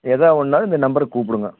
ஏதாவது ஒன்றுனா இந்த நம்பருக்கு கூப்பிடுங்கோ